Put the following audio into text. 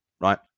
right